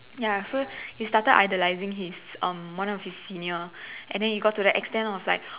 ya so he started idolizing his um one of his senior and then he got to the extent of like